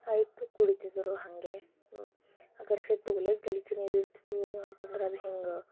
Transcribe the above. ಆಯಿತು ಕುಡೀತಿದ್ರು ಹಾಗೆ ಅಗರ್ಸೆ ತೋಲೆ ಗಲೀಜು ನೀರು ಇರ್ತಿದ್ವು ಅಂತಂದ್ರೆ ಅದು ಹಿಂಗೆ